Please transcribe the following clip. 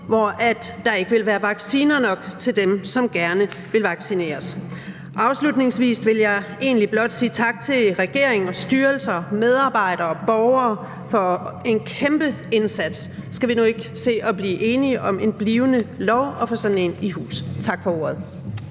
hvor der ikke vil være vacciner nok til dem, som gerne vil vaccineres. Afslutningsvis vil jeg egentlig blot sige tak til regeringen, styrelser, medarbejdere og borgere for en kæmpe indsats. Skal vi nu ikke se at blive enige om en blivende lov og få sådan en i hus? Tak for ordet.